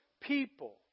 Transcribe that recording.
people